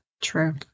True